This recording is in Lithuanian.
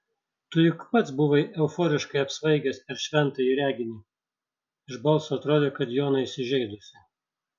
tu juk pats buvai euforiškai apsvaigęs per šventąjį reginį iš balso atrodė kad jona įsižeidusi